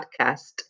podcast